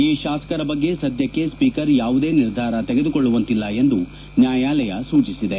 ಈ ಶಾಸಕರ ಬಗ್ಗೆ ಸದ್ಯಕ್ಷೆ ಸ್ವೀಕರ್ ಯಾವುದೇ ನಿರ್ಧಾರ ತೆಗೆದುಕೊಳ್ಳುವಂತಿಲ್ಲ ಎಂದು ನ್ವಾಯಾಲಯ ಸೂಚಿಸಿದೆ